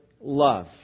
love